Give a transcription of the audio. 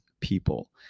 people